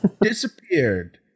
disappeared